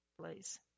please